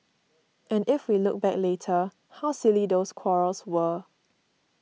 and if we look back later how silly those quarrels were